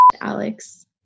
alex